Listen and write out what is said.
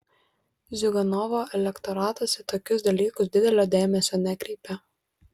ziuganovo elektoratas į tokius dalykus didelio dėmesio nekreipia